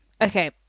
Okay